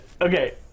Okay